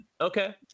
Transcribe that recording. Okay